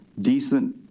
decent